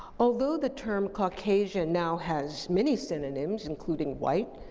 although the term caucasian now has many synonyms, including white,